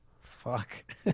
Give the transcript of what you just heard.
fuck